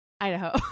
Idaho